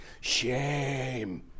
Shame